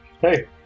Hey